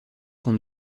qu’on